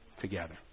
together